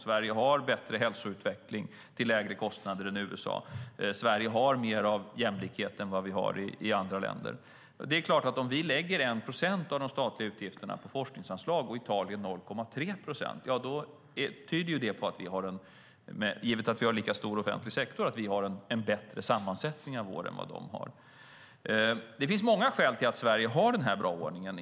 Sverige har bättre hälsoutveckling till lägre kostnader jämfört med USA. Sverige har mer av jämlikhet än andra länder. Om vi lägger 1 procent av de statliga utgifterna på forskningsanslag och Italien 0,3 procent tyder det på att vi har en bättre sammansättning än vad de har, givet att vi har lika stor offentlig sektor. Det finns många orsaker till att Sverige har denna goda ordning.